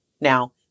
Now